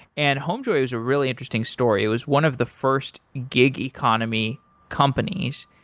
and homejoy is a really interesting story. it was one of the first gig economy companies.